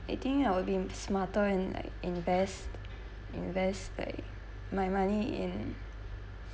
I think I'll be smarter and like invest invest like my money in